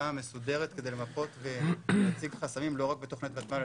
מסודרת כדי למפות ולהציג את החסמים לא רק בתוכניות ותמ"ל,